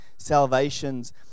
Salvations